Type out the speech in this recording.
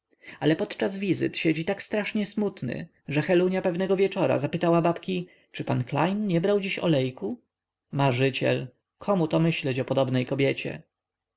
ale podczas wizyt siedzi tak strasznie smutny że helunia pewnego wieczora zapytała babki czy pan klejn nie brał dziś olejku marzyciel komu to myśleć o podobnej kobiecie